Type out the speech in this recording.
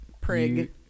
Prig